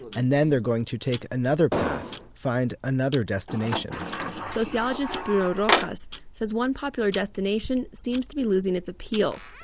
and then they're going to take another path, find another destination sociologist bruno rojas says one popular destination seems to be losing its appeal,